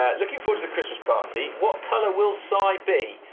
ah looking forward to the christmas party, what color will si be?